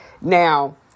Now